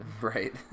Right